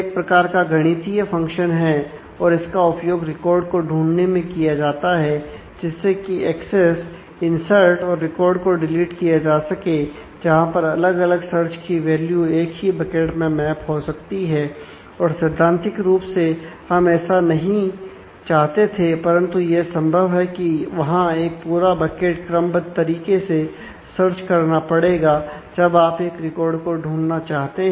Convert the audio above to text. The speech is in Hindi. हैश फंक्शन एच करना पड़ेगा जब आप एक रिकॉर्ड को ढूंढना चाहते हैं